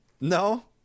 No